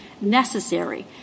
necessary